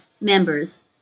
members